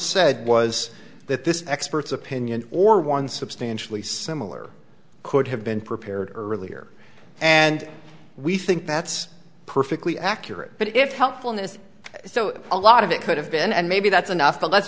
said was that this expert's opinion or one substantially similar could have been prepared earlier and we think that's perfectly accurate but if helpfulness so a lot of it could have been and maybe that's enough but let's